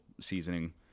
seasoning